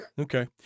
okay